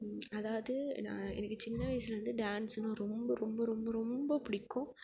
அதாவது நான் எனக்கு சின்ன வயதுலேருந்து டான்ஸ்னால் ரொம்ப ரொம்ப ரொம்ப ரொம்ப பிடிக்கும்